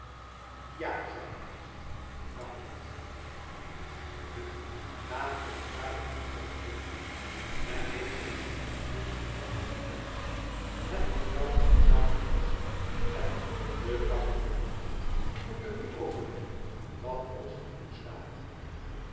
ja zei hij ik mag hem nietf nu laat ons daarop niet verder doorgaan men heeft zijn sympathieën en antipathieën het doet trouwens terzake niets wij de kapitein en ik moeten nu overleggen wat ons te doen staat